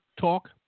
talk